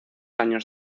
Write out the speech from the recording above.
años